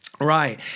Right